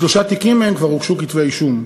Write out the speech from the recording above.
בשלושה תיקים מהם כבר הוגשו כתבי-אישום.